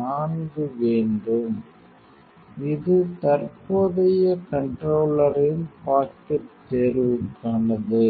4 வேண்டும் இது தற்போதைய கண்ட்ரோல்லரின் பாக்கெட் தேர்வுக்கானது